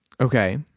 okay